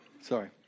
sorry